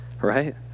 right